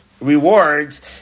rewards